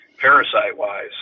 parasite-wise